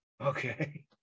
Okay